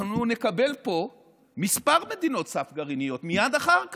אנחנו נקבל פה כמה מדינות סף גרעיניות מייד אחר כך.